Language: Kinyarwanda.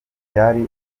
byari